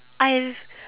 I've